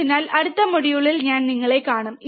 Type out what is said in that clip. അതിനാൽ അടുത്ത മൊഡ്യൂളിൽ ഞാൻ നിങ്ങളെ കാണും